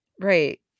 Right